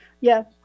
Yes